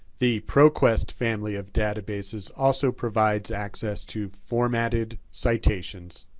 the proquest family of databases also provides access to formatted citations.